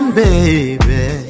baby